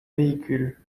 véhicules